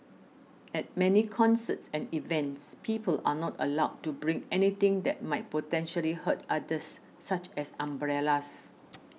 at many concerts and events people are not allowed to bring anything that might potentially hurt others such as umbrellas